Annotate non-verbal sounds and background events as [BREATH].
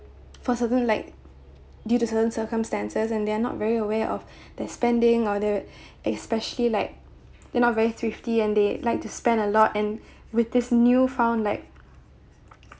for certain like due to certain circumstances and they are not very aware of [BREATH] their spending or the [BREATH] especially like they're not very thrifty and they like to spend a lot and with this new found like